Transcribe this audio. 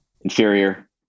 inferior